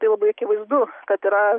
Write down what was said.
tai labai akivaizdu kad yra